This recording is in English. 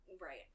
Right